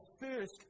first